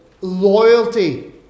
loyalty